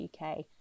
UK